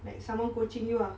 like someone coaching you ah